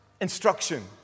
instruction